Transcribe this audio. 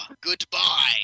Goodbye